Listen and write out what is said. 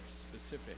specific